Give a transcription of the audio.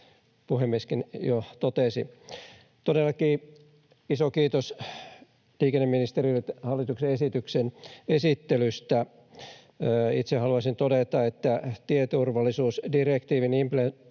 puhemieskin jo totesi. Todellakin iso kiitos liikenneministerille hallituksen esityksen esittelystä. Itse haluaisin todeta, että tieturvallisuusdirektiivin